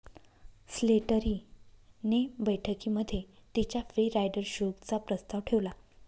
Slattery ने बैठकीमध्ये तिच्या फ्री राईडर शुल्क चा प्रस्ताव ठेवला